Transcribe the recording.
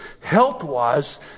health-wise